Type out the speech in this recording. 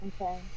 Okay